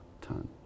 ton